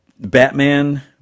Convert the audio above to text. Batman